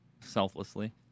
selflessly